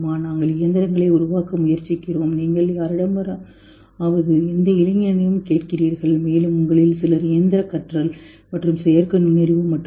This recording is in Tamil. நாங்கள் இயந்திரங்களை உருவாக்க முயற்சிக்கிறோம் நீங்கள் யாரிடமாவது எந்த இளைஞனையும் கேட்கிறீர்கள் மேலும் உங்களில் சிலர் இயந்திர கற்றல் மற்றும் செயற்கை நுண்ணறிவு மற்றும் பி